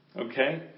Okay